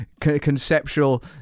conceptual